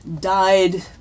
died